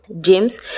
James